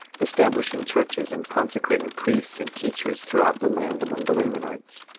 establishing churches, and consecrating priests and teachers throughout the land among the lamanites,